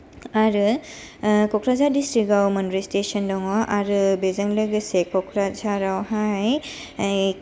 आरो क'क्राझार दिसत्रिकाव मोनब्रै स्टेशन दङ आरो बेजों लोगोसे क'क्राझारावहाय ऐ